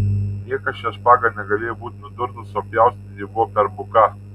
niekas šia špaga negalėjo būti nudurtas o pjaustyti ji buvo per buka